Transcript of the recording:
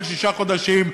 כל שישה חודשים,